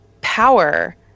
power